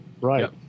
Right